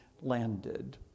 landed